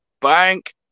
bank